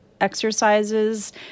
exercises